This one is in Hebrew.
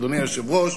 אדוני היושב-ראש,